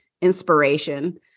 inspiration